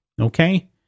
Okay